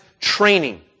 training